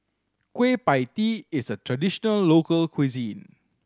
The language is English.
Kueh Pie Tee is a traditional local cuisine